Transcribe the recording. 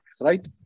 right